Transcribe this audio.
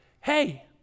hey